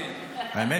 היועמ"שית אשמה.